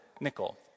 nickel